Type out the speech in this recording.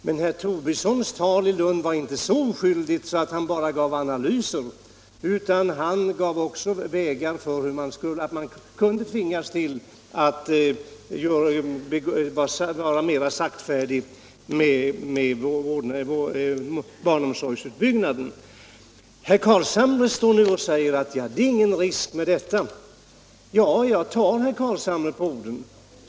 Men herr Tobissons tal i Lund var inte så oskyldigt att det inskränkte sig till analyser. Han angav också skäl för att man kunde tvingas till större saktfärdighet i barnomsorgsutbyggnaden. Herr Carlshamre säger nu att det inte är någon risk med detta. Ja, jag tar herr Carlshamre på orden.